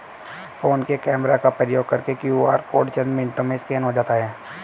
phone के camera का प्रयोग करके क्यू.आर कोड चंद मिनटों में स्कैन हो जाता है